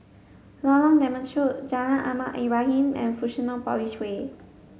Lorong Temechut Jalan Ahmad Ibrahim and Fusionopolis Way